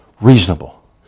Reasonable